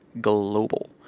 global